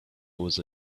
was